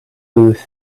booth